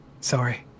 Sorry